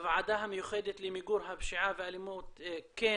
הוועדה המיוחדת למיגור הפשיעה והאלימות כן